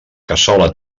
cassola